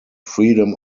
freedom